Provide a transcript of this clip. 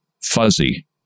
Fuzzy